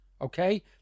Okay